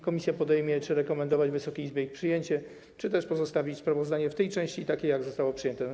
Komisja zdecyduje, czy rekomendować Wysokiej Izbie ich przyjęcie, czy też pozostawić sprawozdanie w tej części takie, jak zostało przyjęte.